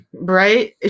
right